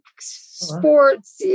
sports